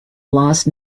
lost